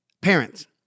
parents